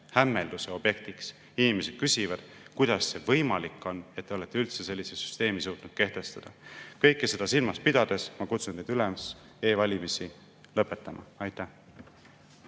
hämmelduse objektiks. Inimesed küsivad, kuidas see võimalik on, et te olete üldse sellise süsteemi suutnud kehtestada. Kõike seda silmas pidades ma kutsun teid üles e‑valimisi lõpetama. Aitäh!